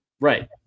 Right